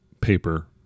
paper